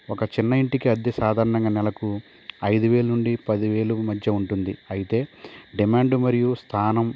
ఒక చిన్న ఇంటికి అద్దె సాధారణంగా నెలకు ఐదువేలు నుండి పదివేలు మధ్య ఉంటుంది అయితే డిమాండ్ మరియు స్థానం